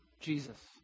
Jesus